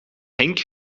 henk